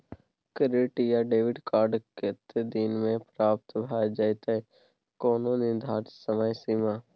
Credit या debit card कत्ते दिन म प्राप्त भ जेतै, कोनो निर्धारित समय सीमा?